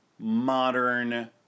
Modern